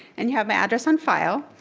and you have my address on file.